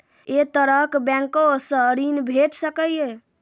ऐ तरहक बैंकोसऽ ॠण भेट सकै ये?